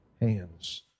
hands